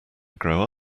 grow